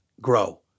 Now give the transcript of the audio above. grow